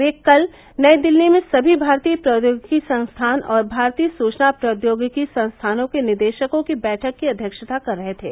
वे कल नई दिल्ली में समी भारतीय प्रौद्योगिकी संस्थान और भारतीय सुचना प्रौद्योगिकी संस्थानों के निदेशकों की बैठक की अध्यक्षता कर रहे थे